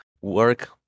work